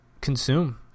consume